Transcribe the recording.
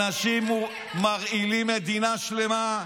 אנשים שמרעילים מדינה שלמה.